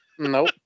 nope